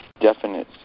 definite